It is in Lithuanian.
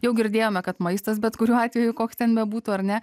jau girdėjome kad maistas bet kuriuo atveju koks ten bebūtų ar ne